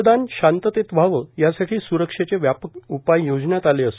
मतदान शांततेत व्हावं यासाठी स्रक्षेचे व्यापक उपाय योजण्यात आले आहेत